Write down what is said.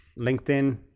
LinkedIn